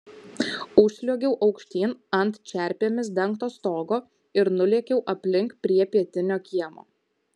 užsliuogiau aukštyn ant čerpėmis dengto stogo ir nulėkiau aplink prie pietinio kiemo